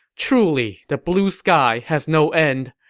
truly, the blue sky has no end.